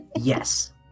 Yes